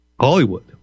Hollywood